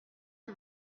que